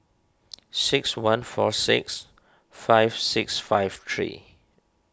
six one four six five six five three